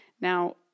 Now